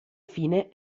fine